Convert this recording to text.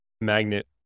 magnet